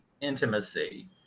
intimacy